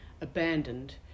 abandoned